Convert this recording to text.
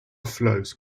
flows